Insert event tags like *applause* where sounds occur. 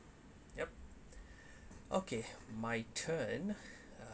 yup *breath* okay my turn